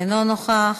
אינו נוכח,